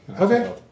Okay